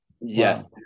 yes